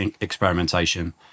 experimentation